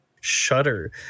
shudder